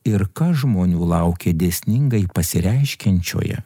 ir kas žmonių laukia dėsningai pasireiškiančioje